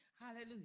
Hallelujah